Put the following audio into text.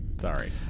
Sorry